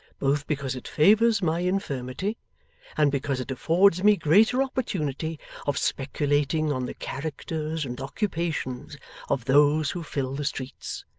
both because it favours my infirmity and because it affords me greater opportunity of speculating on the characters and occupations of those who fill the streets.